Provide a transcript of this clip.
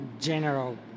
general